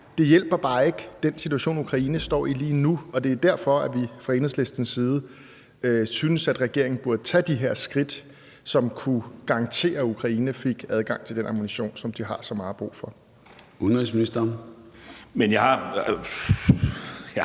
det hjælper bare ikke på den situation, Ukraine står i lige nu. Det er derfor, vi fra Enhedslistens side synes, at regeringen burde tage de her skridt, som kunne garantere, at Ukraine fik adgang til den ammunition, som de har så meget brug for. Kl. 13:07 Formanden (Søren